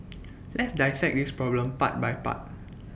let's dissect this problem part by part